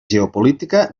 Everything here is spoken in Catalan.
geopolítica